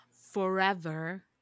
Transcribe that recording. forever